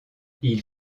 ils